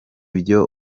byo